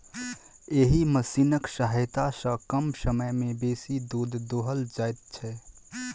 एहि मशीनक सहायता सॅ कम समय मे बेसी दूध दूहल जाइत छै